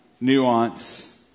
nuance